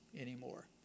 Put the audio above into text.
anymore